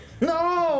No